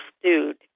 stewed